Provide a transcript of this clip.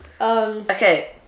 okay